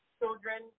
children